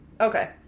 Okay